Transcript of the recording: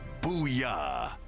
Booyah